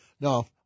no